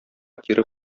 кире